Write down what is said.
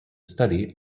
study